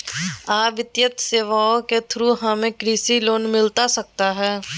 आ वित्तीय सेवाएं के थ्रू हमें कृषि लोन मिलता सकता है?